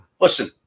listen